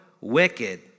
wicked